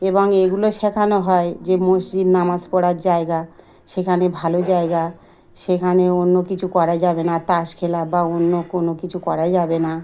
এবং এগুলো শেখানো হয় যে মসজিদ নামাজ পড়ার জায়গা সেখানে ভালো জায়গা সেখানে অন্য কিছু করা যাবে না তাস খেলা বা অন্য কোনো কিছু করা যাবে না